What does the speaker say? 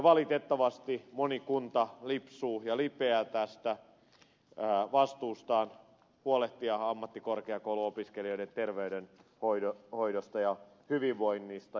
valitettavasti moni kunta lipsuu ja lipeää tästä vastuustaan huolehtia ammattikorkeakouluopiskelijoiden terveydenhoidosta ja hyvinvoinnista